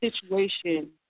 situation